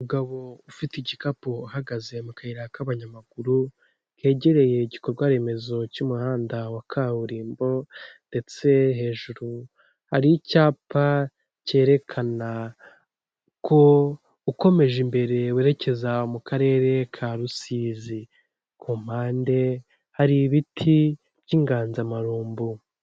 Umugabo ufite igikapu uhagaze mu kayira k'abanyamaguru, kegereye igikorwa remezo cy'umuhanda wa kaburimbo ndetse hejuru hari icyapa cyerekana ko ukomeje imbere werekeza mu karere ka Rusizi, ku mpande hari ibiti by'inganzamarumbu.